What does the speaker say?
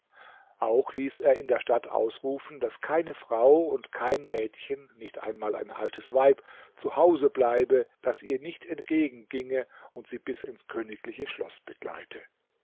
auch ließ er in der stadt ausrufen daß keine frau und kein mädchen nicht einmal ein altes weib zu hause bleibe das ihr nicht entgegenginge und sie bis ins königliche schloß begleite